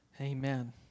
Amen